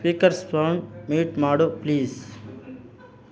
speakers sound mute ಮಾಡು please